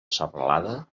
serralada